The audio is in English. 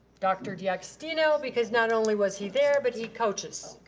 dr. d'agostino because not only was he there, but he coaches.